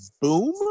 boom